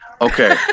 Okay